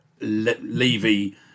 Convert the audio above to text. Levy